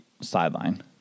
sideline